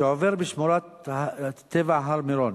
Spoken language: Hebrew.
שעובר בשמורת הטבע הר-מירון.